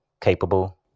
capable